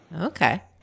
Okay